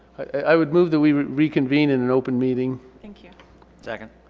i would move that we reconvene in an open meeting thank you second